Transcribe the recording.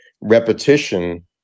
repetition